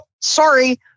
sorry